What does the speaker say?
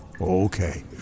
okay